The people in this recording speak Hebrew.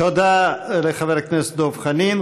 תודה לחבר הכנסת דב חנין.